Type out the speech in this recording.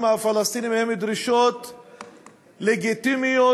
הפלסטיניים הן דרישות לגיטימיות,